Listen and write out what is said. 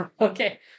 Okay